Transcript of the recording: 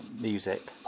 music